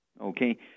Okay